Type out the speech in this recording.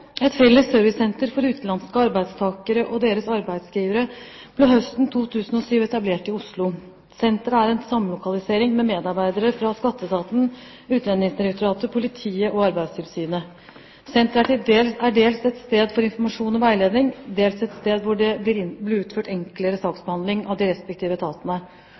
Et felles servicesenter for utenlandske arbeidstakere og deres arbeidsgivere ble høsten 2007 etablert i Oslo. Senteret er en samlokalisering, med medarbeidere fra Skatteetaten, Utlendingsdirektoratet, politiet og Arbeidstilsynet. Senteret er dels et sted for informasjon og veiledning, dels et sted hvor det blir utført enklere saksbehandling av de respektive etatene.